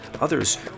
Others